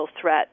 threat